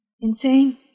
insane